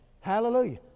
Hallelujah